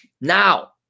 now